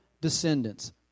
descendants